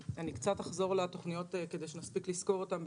אחזור לתוכניות כדי שנספיק לסקור אותן,